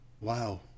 Wow